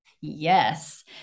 Yes